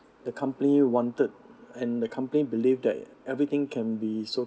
the company wanted and the company believe that everything can be so